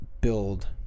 Build